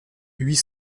huit